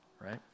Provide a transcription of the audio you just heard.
right